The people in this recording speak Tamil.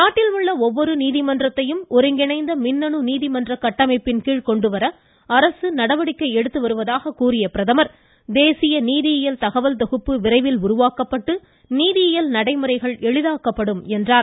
நாட்டிலுள்ள ஒவ்வொரு நீதிமன்றத்தையும் ஒருங்கிணைந்த மின்னணு நீதிமன்ற கட்டமைப்பின்கீழ் கொண்டு வர அரசு நடவடிக்கை எடுத்து வருவதாக கூறிய பிரதமர் தேசிய நீதியியல் தகவல் தொகுப்பு விரைவில் உருவாக்கப்பட்டு நீதியியல் நடைமுறைகள் எளிதாக்கப்படும் என்றார்